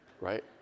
right